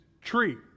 tree